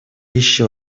еще